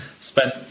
spent